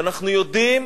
שאנחנו יודעים